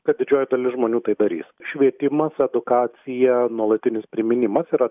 kad didžioji dalis žmonių tai darys švietimas edukacija nuolatinis priminimas yra